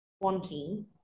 wanting